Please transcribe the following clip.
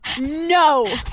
no